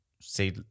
say